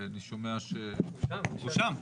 הוא שם.